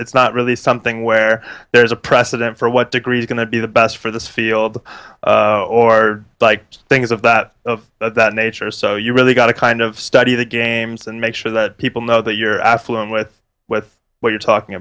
it's not really something where there's a precedent for what degree is going to be the best for this field or like things of that of that nature so you really got to kind of study the games and make sure that people know that you're affluent with with what you're talking